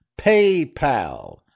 PayPal